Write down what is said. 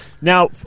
Now